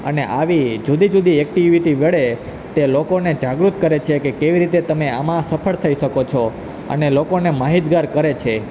અને આવી જુદી જુદી એકટીવિટી ગળે કે લોકોને જાગૃત કરે છે કે કેવી રીતે તમે આમાં સફળ થઈ શકો છો અને લોકોને માહિતગાર કરે છે